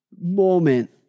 moment